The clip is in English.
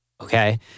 okay